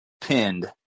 pinned